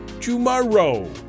tomorrow